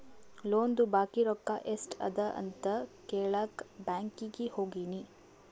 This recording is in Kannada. ಲೋನ್ದು ಬಾಕಿ ರೊಕ್ಕಾ ಎಸ್ಟ್ ಅದ ಅಂತ ಕೆಳಾಕ್ ಬ್ಯಾಂಕೀಗಿ ಹೋಗಿನಿ